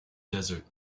desert